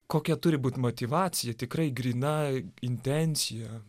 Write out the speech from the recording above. kokia turi būt motyvacija tikrai gryna intencija